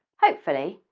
hopefully,